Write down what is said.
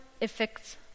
effects